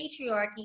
patriarchy